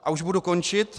A už budu končit.